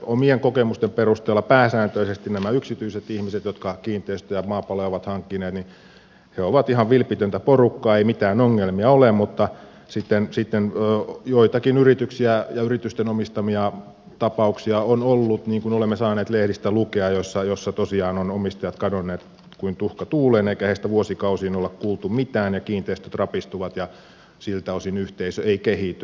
omien kokemusteni perusteella pääsääntöisesti nämä yksityiset ihmiset jotka kiinteistöjä ja maapaloja ovat hankkineet ovat ihan vilpitöntä porukkaa ei mitään ongelmia ole mutta sitten joitakin yrityksiä ja yritysten omistamia tapauksia on ollut niin kuin olemme saaneet lehdistä lukea joissa tosiaan ovat omistajat kadonneet kuin tuhka tuuleen eikä heistä vuosikausiin ole kuultu mitään ja kiinteistöt rapistuvat ja siltä osin yhteisö ei kehity